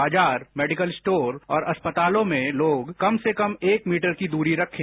बाजार medical store औरअस्पतालों में लोग कम से कम एक मीटर की दूरी रखें